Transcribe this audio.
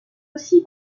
aussi